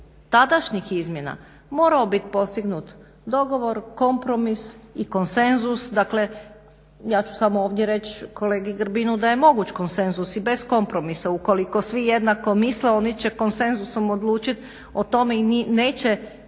tadašnjih izmjena morao bit postignut dogovor, kompromis i konsenzus. Dakle ja ću samo ovdje reći kolegi Grbinu da je moguć konsenzus i bez kompromisa, ukoliko svi jednako misle oni će konsenzusom odlučit o tome i neće